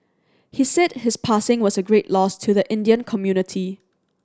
he said his passing was a great loss to the Indian community